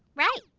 right!